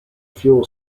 fuel